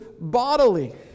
bodily